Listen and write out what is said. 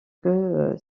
que